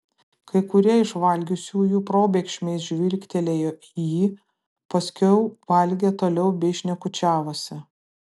kai kurie iš valgiusiųjų probėgšmais žvilgtelėjo į jį paskiau valgė toliau bei šnekučiavosi